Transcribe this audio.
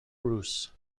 bruce